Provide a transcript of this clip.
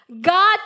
God